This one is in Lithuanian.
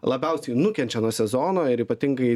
labiausiai nukenčia nuo sezono ir ypatingai